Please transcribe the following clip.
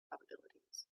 probabilities